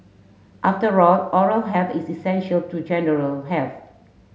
after all oral health is essential to general health